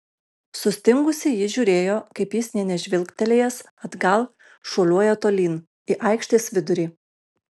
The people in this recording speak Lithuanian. sustingusi ji žiūrėjo kaip jis nė nežvilgtelėjęs atgal šuoliuoja tolyn į aikštės vidurį